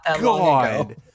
god